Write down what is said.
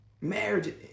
Marriage